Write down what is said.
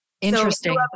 Interesting